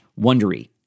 Wondery